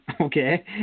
Okay